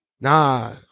nah